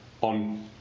on